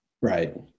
Right